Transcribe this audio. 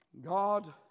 God